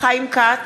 חיים כץ,